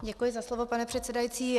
Děkuji za slovo, pane předsedající.